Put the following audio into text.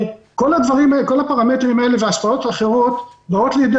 כל הפרמטרים האלה והשפעות אחרות באים לידי